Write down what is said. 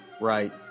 Right